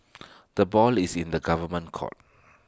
the ball is in the government's court